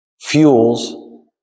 fuels